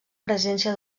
presència